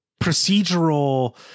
procedural